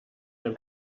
ein